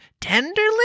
tenderly